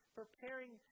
preparing